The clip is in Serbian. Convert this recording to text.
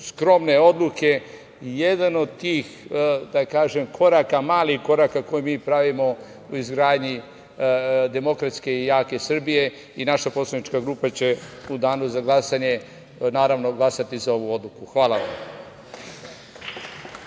skromne odluke jedan od tih malih koraka koje mi pravimo u izgradnji demokratske i jake Srbije i naša poslanička grupa će u danu za glasanje glasati za ovu odluku. Hvala vam.